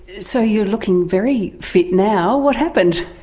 so you're looking very fit now what happened?